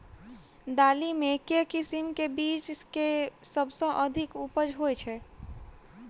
दालि मे केँ किसिम केँ बीज केँ सबसँ अधिक उपज होए छै?